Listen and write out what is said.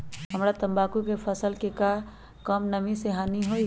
हमरा तंबाकू के फसल के का कम नमी से हानि होई?